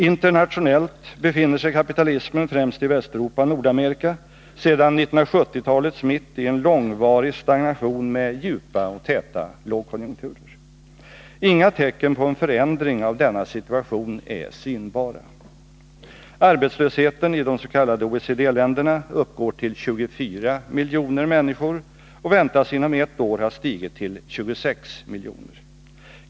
Internationellt befinner sig kapitalismen — främst i Västeuropa och Nordamerika — sedan 1970-talets mitt i en långvarig stagnation med djupa och täta lågkonjunkturer. Inga tecken på en förändring av denna situation är synbara. Arbetslösheten i de s.k. OECD-länderna uppgår till 24 miljoner människor och väntas inom ett år ha stigit till 26 miljoner.